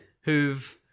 who've